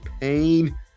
pain